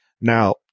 Now